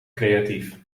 creatief